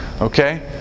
Okay